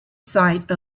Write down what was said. site